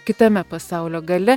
kitame pasaulio gale